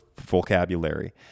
vocabulary